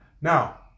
Now